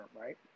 right